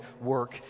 work